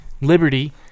Liberty